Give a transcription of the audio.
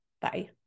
Bye